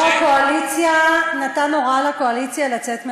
יו"ר הקואליציה נתן הוראה לקואליציה לצאת מהדיון.